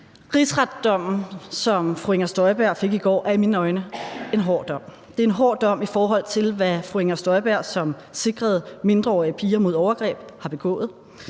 Rigsretsdommen, som fru Inger Støjberg fik i går, er i mine øjne en hård dom. Det er en hård dom, i forhold til hvad fru Inger Støjberg, som sikrede mindreårige piger mod overgreb, har begået,